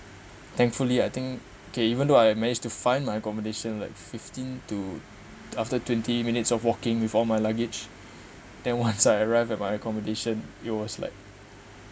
thankfully I think okay even though I manage to find my accommodation like fifteen to after twenty minutes of walking with all my luggage then once I arrived at my accommodation it was like